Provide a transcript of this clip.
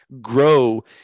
grow